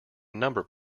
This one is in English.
number